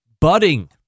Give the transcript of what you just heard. budding